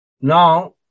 Now